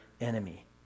enemy